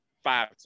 five